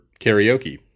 karaoke